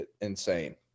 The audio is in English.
insane